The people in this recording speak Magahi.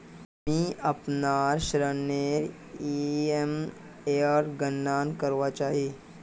मि अपनार ऋणनेर ईएमआईर गणना करवा चहा छी